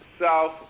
South